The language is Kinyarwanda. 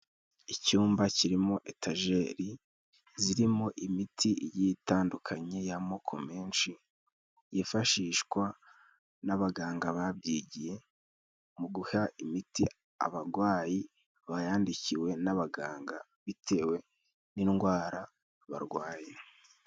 Icyumba kirimo etajeri zirimo imiti igiye itandukanye y'amoko menshi, yifashishwa n'abaganga babyigiye mu guha imiti abarwayi bayandikiwe n'abaganga, bitewe n'indwara barwaye.